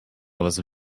was